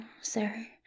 sir